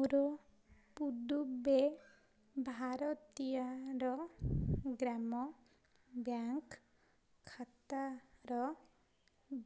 ମୋର ପୁଦୁବେ ଭାରତିୟାର ଗ୍ରାମ ବ୍ୟାଙ୍କ୍ ଖାତାର